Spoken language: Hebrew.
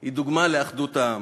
היא דוגמה לאחדות העם.